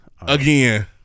again